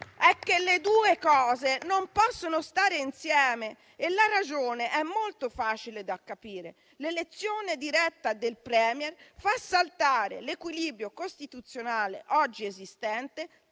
è che le due cose non possono stare insieme e la ragione è molto facile da capire: l'elezione diretta del *Premier* fa saltare l'equilibrio costituzionale oggi esistente